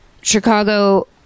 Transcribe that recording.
Chicago